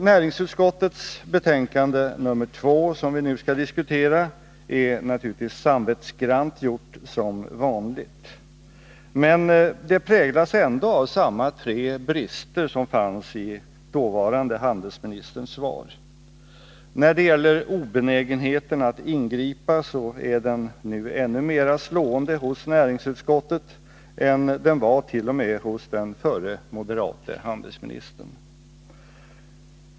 Näringsutskottets betänkande nr 2, som vi nu skall diskutera, är naturligtvis samvetsgrant gjort som vanligt. Men det präglas ändå av samma tre brister som fanns i dåvarande handelsministerns svar. Obenägenheten att ingripa är ännu mera slående hos näringsutskottet än den vart.o.m. hos den förre, moderate handelsministern.